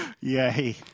Yay